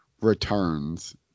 returns